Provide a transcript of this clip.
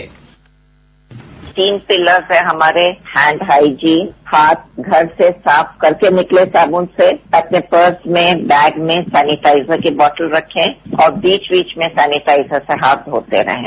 bite तीन pillars हैं हमारे हैंड हाइजिंग हाथ घर से साफ करके निकलें साबून से अपने पर्स में बैग में सेनेटाइजर की बोतल रखें और बीच बीच में सेनेटाइजर से हाथ धोते रहें